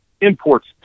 Imports